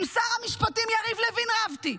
עם שר המשפטים יריב לוין רבתי,